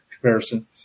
comparison